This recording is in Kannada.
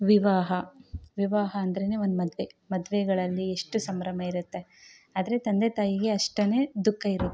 ವಿವಾಹ ವಿವಾಹ ಅಂದ್ರೆ ಒಂದು ಮದುವೆ ಮದುವೆಗಳಲ್ಲಿ ಎಷ್ಟು ಸಂಭ್ರಮಯಿರುತ್ತೆ ಆದರೆ ತಂದೆ ತಾಯಿಗೆ ಅಷ್ಟೇನೆ ದುಃಖ ಇರುತ್ತೆ